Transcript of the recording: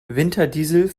winterdiesel